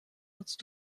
nutzt